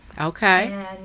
Okay